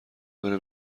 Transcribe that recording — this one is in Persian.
بره